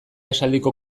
esaldiko